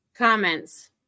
comments